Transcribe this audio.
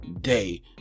day